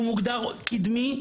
הוא מוגדר קדמי,